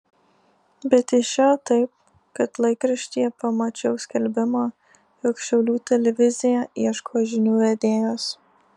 bet išėjo taip kad laikraštyje pamačiau skelbimą jog šiaulių televizija ieško žinių vedėjos